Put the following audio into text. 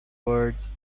words